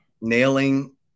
Nailing